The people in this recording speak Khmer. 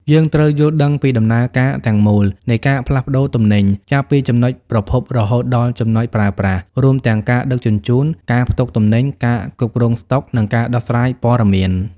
យើងត្រូវយល់ដឹងពីដំណើរការទាំងមូលនៃការផ្លាស់ប្តូរទំនិញ ចាប់ពីចំណុចប្រភពរហូតដល់ចំណុចប្រើប្រាស់ រួមទាំងការដឹកជញ្ជូន ការផ្ទុកទំនិញ ការគ្រប់គ្រងស្តុក និងការដោះស្រាយព័ត៌មាន។